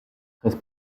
treize